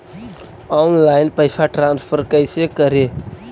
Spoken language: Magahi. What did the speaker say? ऑनलाइन पैसा ट्रांसफर कैसे करे?